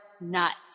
nuts